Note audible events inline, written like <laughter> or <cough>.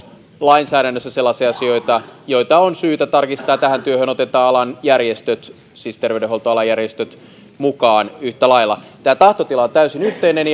lainsäädännössä sellaisia asioita joita on syytä tarkistaa ja tähän työhön otetaan alan järjestöt siis terveydenhuoltoalan järjestöt mukaan yhtä lailla tämä tahtotila on täysin yhteinen <unintelligible>